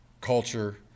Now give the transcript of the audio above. culture